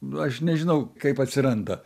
nu aš nežinau kaip atsiranda